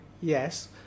yes